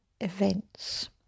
events